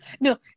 No